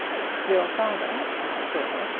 your father, i assured her,